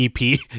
EP